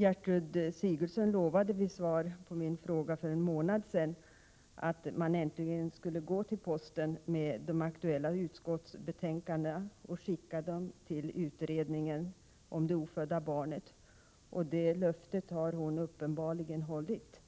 Gertrud Sigurdsen lovade vid svar på min fråga för en månad sedan att man äntligen skulle gå till posten med de aktuella utskottsbetänkandena och skicka dem till utredningen om det ofödda barnet, och det löftet har hon uppenbarligen hållit,